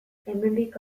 hemendik